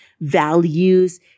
values